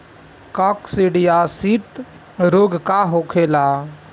काकसिडियासित रोग का होखेला?